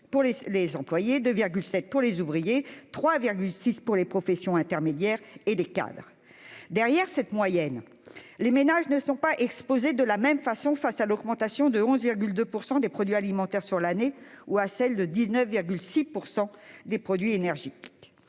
pour les employés, 2,7 % pour les ouvriers, 3,6 % pour les professions intermédiaires et les cadres. Derrière ces moyennes, les ménages ne sont pas exposés de la même façon à l'augmentation de 11,2 % du prix des produits alimentaires sur l'année, ou à celle de 19,6 % du prix des produits énergétiques.